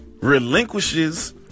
relinquishes